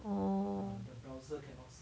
oh